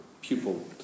pupil